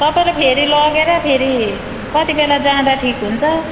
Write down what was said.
तपाईँले फेरि लगेर फेरि कति बेला जाँदा ठिक हुन्छ